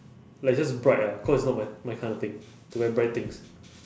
like just bright ah cause it's not my my kind of thing to wear bright things